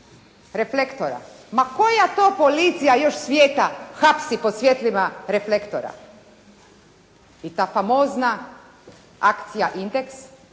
reflektora. Ma koja to policija još svijeta hapsi pod svjetlima reflektora? I ta famozna akcija Indeks